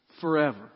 forever